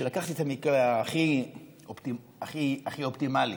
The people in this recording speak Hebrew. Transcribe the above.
שלקחתי את המקרה הכי אופטימלי,